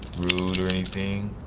rude or anything.